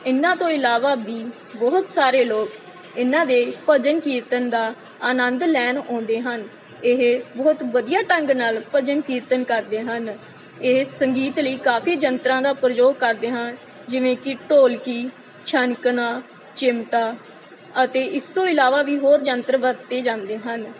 ਇਹਨਾਂ ਤੋਂ ਇਲਾਵਾ ਵੀ ਬਹੁਤ ਸਾਰੇ ਲੋਕ ਇਹਨਾਂ ਦੇ ਭਜਨ ਕੀਰਤਨ ਦਾ ਆਨੰਦ ਲੈਣ ਆਉਂਦੇ ਹਨ ਇਹ ਬਹੁਤ ਵਧੀਆ ਢੰਗ ਨਾਲ ਭਜਨ ਕੀਰਤਨ ਕਰਦੇ ਹਨ ਇਹ ਸੰਗੀਤ ਲਈ ਕਾਫੀ ਯੰਤਰਾਂ ਦਾ ਪ੍ਰਯੋਗ ਕਰਦੇ ਹਾਂ ਜਿਵੇਂ ਕਿ ਢੋਲਕੀ ਛਣਕਣਾ ਚਿਮਟਾ ਅਤੇ ਇਸ ਤੋਂ ਇਲਾਵਾ ਵੀ ਹੋਰ ਯੰਤਰ ਵਰਤੇ ਜਾਂਦੇ ਹਨ